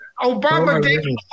Obama